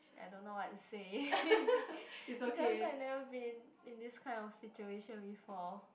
!shit! I don't know what to say because I never been in this kind of situation before